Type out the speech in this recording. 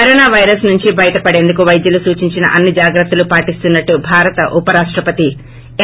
corona virus నుంచి బయటపడేందుకు వైద్యులు సూచించిన అన్ని జాగ్రత్తలు పాటిస్తున్పట్లు భారత ఉప రాష్టపతి ఎం